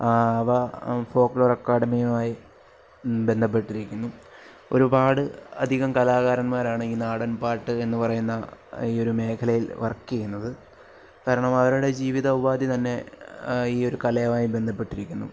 അവ ഫോക്ക്ലോർ അക്കാഡമിയുമായി ബന്ധപ്പെട്ടിരിക്കുന്നു ഒരുപാട് അധികം കലാകാരന്മാരാണ് ഈ നാടൻപാട്ട് എന്ന് പറയുന്ന ഈ ഒരു മേഖലയിൽ വർക്ക് ചെയ്യുന്നത് കാരണം അവരുടെ ജീവിത ഉപാധി തന്നെ ഈ ഒരു കലയുമായി ബന്ധപ്പെട്ടിരിക്കുന്നു